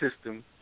system